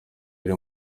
iri